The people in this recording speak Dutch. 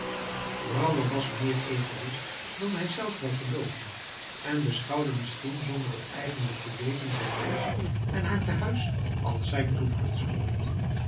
brouwer was meer egoïst dan hij zelf wel geloofde en beschouwde misschien zonder het eigenlijk te weten zijn meisje en haar tehuis als zijn